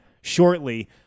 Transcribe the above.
shortly